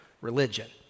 religion